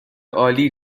عالی